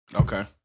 Okay